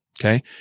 Okay